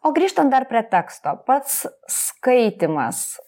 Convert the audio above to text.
o grįžtant dar prie teksto pats skaitymas